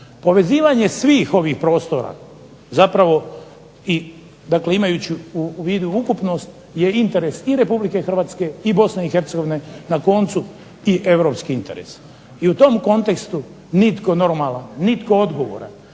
Povezivanje svih ovih prostora zapravo i dakle imajući u vidu ukupnost je interes i Republike Hrvatske i Bosne i Hercegovine na koncu i europski interes. I u tom kontekstu nitko normalan, nitko odgovoran,